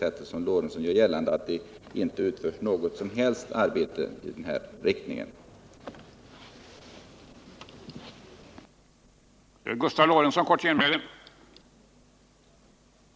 Gustav Lorentzon gör gällande att det inte utförs något som helst arbete i den riktningen, men det är alltså inte så som han påstår.